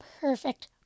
perfect